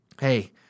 Hey